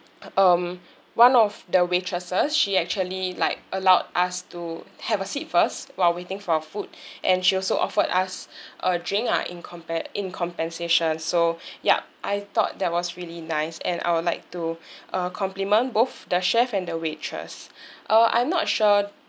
um one of the waitresses she actually like allowed us to have a seat first while waiting for our food and she also offered us a drink lah in compe~ in compensation so yup I thought that was really nice and I would like to uh compliment both the chef and the waitress uh I'm not sure